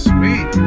Sweet